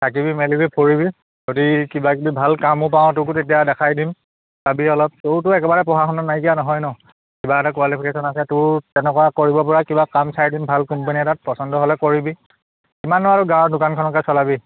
থাকিবি মেলিবি ফুৰিবি যদি কিবাকিবি ভাল কামো পাৱ তোকো তেতিয়া দেখাই দিম চাবি অলপ তোৰতো একবাৰে পঢ়া শুনা নাইকিয়া নহয় ন কিবা এটা কোৱালিফিকেশ্যন আছে তোৰ তেনেকুৱা কৰিবপৰা কিবা কাম চাই দিম ভাল কোম্পানী এটাত পচন্দ হ'লে কৰিবি কিমাননো আৰু গাঁৱৰ দোকানখনকে চলাবি